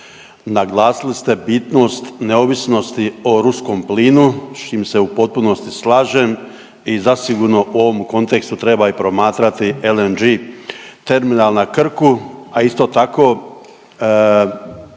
naglasili ste bitnost neovisnosti o ruskom plinu s čim se u potpunosti slažem i zasigurno u ovom kontekstu treba i promatrati LNG terminal na Krku, a isto tako